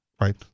right